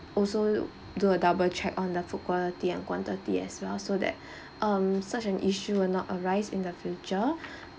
also do a double check on the food quality and quantity as well so that um such an issue will not arise in the future